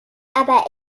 aber